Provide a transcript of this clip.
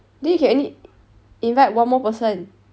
then you can only invite one more person